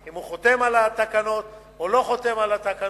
אם הוא חותם על התקנות או לא חותם על התקנות,